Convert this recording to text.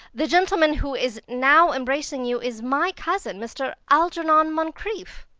the gentleman who is now embracing you is my cousin, mr. algernon moncrieff.